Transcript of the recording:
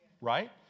right